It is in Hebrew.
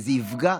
וזה יפגע.